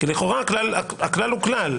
כי לכאורה הכלל הוא כלל,